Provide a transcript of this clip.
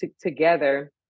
together